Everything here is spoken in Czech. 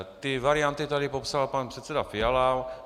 Ty varianty tady popsal pan předseda Fiala.